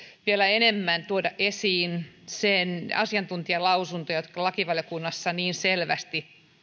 vielä enemmän tuoda esiin asiantuntijalausuntoja jotka lakivaliokunnassa niin selvästi